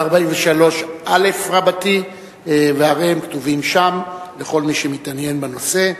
והרי הם כתובים שם לכל מי שמתעניין בנושא.